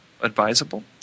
advisable